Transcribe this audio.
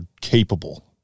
capable